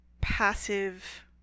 passive